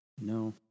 No